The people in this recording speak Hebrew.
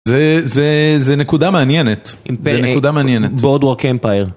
זה נקודה מעניינת, זה נקודה מעניינת. Broadwlak empire.